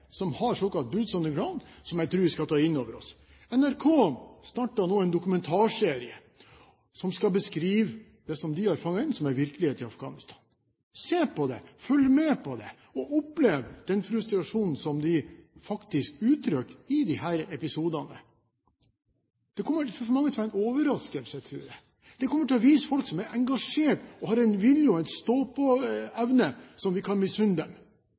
som har «Boots on the Ground», som jeg tror vi skal ta inn over oss. NRK har nå startet en dokumentarserie som skal beskrive det som de har fanget inn som virkelighet i Afghanistan. Se på den, følg med på den og opplev den frustrasjonen som faktisk blir uttrykt i disse episodene! Det kommer til å være en overraskelse for mange, tror jeg. De kommer til å vise folk som er engasjert, og har en vilje og en stå-på-evne som vi kan misunne dem.